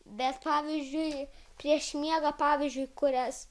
bet pavyzdžiui prieš miegą pavyzdžiui kurias